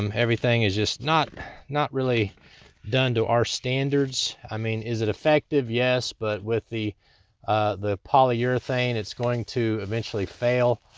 um everything is just not not really done to our standards. i mean, is it effective? yes, but with the the polyurethane it's going to eventually fail.